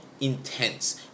intense